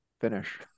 finish